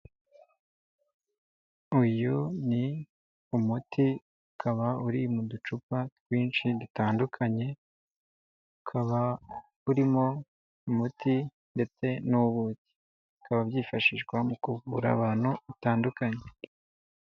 Uyu ni umuti ukaba uri mu ducupa twinshi dutandukanye, ukaba urimo umuti ndetse n'ubuki. Bikaba byifashishwa mu kuvura abantu batandukanye.